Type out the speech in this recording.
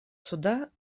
суда